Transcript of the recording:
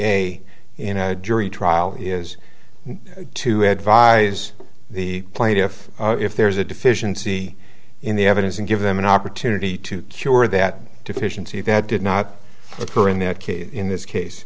a in a jury trial is to advise the plaintiff if there's a deficiency in the evidence and give them an opportunity to cure that deficiency that did not occur in that case in this case